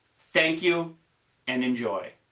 thank you and enjoy.